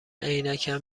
عینکم